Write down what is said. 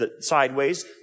sideways